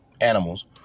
animals